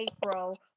April